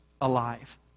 alive